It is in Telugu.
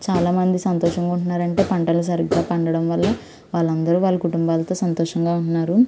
చాలామంది సంతోషంగా ఉంటున్నారంటే పంటలు సరిగ్గా పండడం వల్ల వాళ్ళందరూ వాళ్ళ కుటుంబాలతో సంతోషంగా ఉంటున్నారు